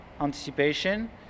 anticipation